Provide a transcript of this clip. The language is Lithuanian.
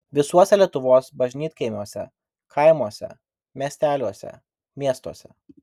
visuose lietuvos bažnytkaimiuose kaimuose miesteliuose miestuose